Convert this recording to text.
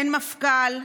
אין מפכ"ל,